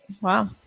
Wow